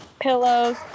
pillows